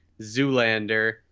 Zoolander